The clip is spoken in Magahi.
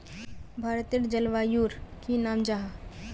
भारतेर जलवायुर की नाम जाहा?